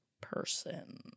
person